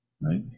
right